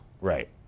Right